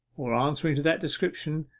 or answering to that description,